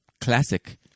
classic